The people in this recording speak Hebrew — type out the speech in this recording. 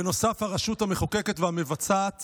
בנוסף, הרשויות המחוקקת והמבצעת